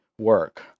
work